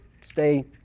stay